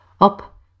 up